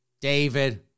David